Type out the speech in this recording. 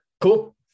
cool